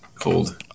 cold